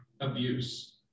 abuse